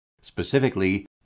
Specifically